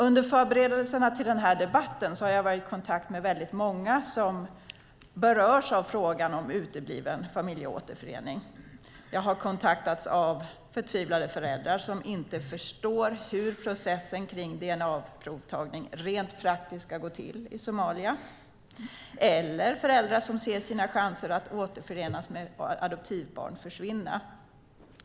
Under förberedelserna till debatten har jag varit i kontakt med många som berörs av frågan om utebliven familjeåterförening. Jag har kontaktats av förtvivlade föräldrar som inte förstår hur processen för dna-provtagning rent praktiskt ska gå till i Somalia och föräldrar som ser sina chanser att återförenas med adoptivbarn försvinna.